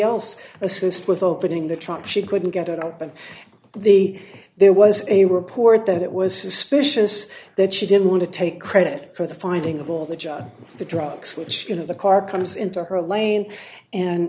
else assist with opening the trunk she couldn't get it open the there was a report that it was suspicious that she didn't want to take credit for the finding of all the jobs the drugs which you know the car comes into her lane and